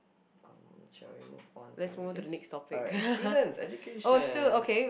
um shall we move on to this alright students education